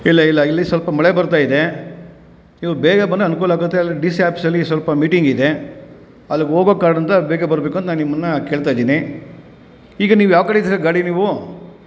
ಇಲ್ಲ ಇಲ್ಲ ಇಲ್ಲಿ ಸ್ವಲ್ಪ ಮಳೆ ಬರ್ತಾ ಇದೆ ನೀವು ಬೇಗ ಬಂದರೆ ಅನುಕೂಲ ಆಗುತ್ತೆ ಅಲ್ಲಿ ಡಿ ಸಿ ಆಫೀಸಲ್ಲಿ ಸ್ವಲ್ಪ ಮೀಟಿಂಗ್ ಇದೆ ಅಲ್ಗೆ ಹೋಗೋ ಕಾರ್ಣದಿಂದ ಬೇಗ ಬರ್ಬೇಕಂತ ನಾನು ನಿಮ್ಮನ್ನ ಕೇಳ್ತಾ ಇದ್ದೀನಿ ಈಗ ನೀವು ಯಾವ ಕಡೆ ಇದ್ದೀರ ಗಾಡಿ ನೀವು